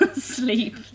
sleep